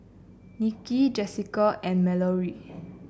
Niki Jessica and Mallorie